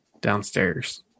downstairs